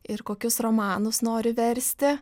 ir kokius romanus nori versti